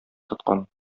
тоткан